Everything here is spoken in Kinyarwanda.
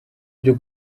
byo